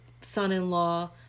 son-in-law